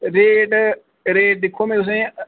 rate rate तुस दिक्खो ना तुसें